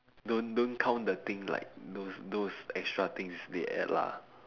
don't don't count the thing like those those extra things they add lah